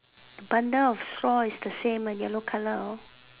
bundles of straws is the same ah yellow colour ah